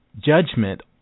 Judgment